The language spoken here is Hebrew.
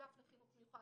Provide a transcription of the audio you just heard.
האגף לחינוך מיוחד.